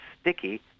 sticky